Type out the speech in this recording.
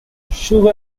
sugar